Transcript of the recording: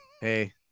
Hey